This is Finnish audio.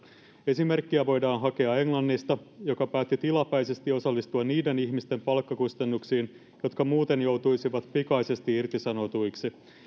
esimerkkiä voidaan hakea englannista joka päätti tilapäisesti osallistua niiden ihmisten palkkakustannuksiin jotka muuten joutuisivat pikaisesti irtisanotuiksi